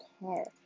car